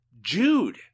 Jude